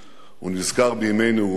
הוא נזכר בימי נעוריו,